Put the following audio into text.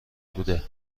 بوده